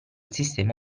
sistema